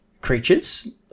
creatures